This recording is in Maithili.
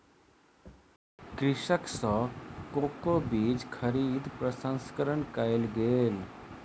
कृषक सॅ कोको बीज खरीद प्रसंस्करण कयल गेल